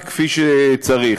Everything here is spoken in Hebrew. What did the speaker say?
כפי שצריך.